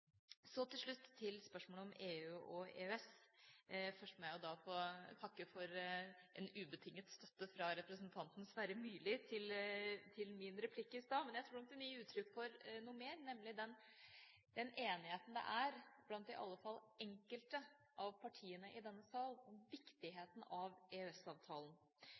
Så til slutt til spørsmålet om EU og EØS. Først må jeg da få takke for en ubetinget støtte fra representanten Sverre Myrli til min replikk i stad. Men jeg tror nok den gir uttrykk for noe mer, nemlig den enigheten det er blant i alle fall enkelte av partiene i denne sal om viktigheten av